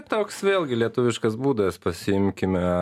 toks vėlgi lietuviškas būdas pasiimkime